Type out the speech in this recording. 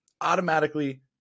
Automatically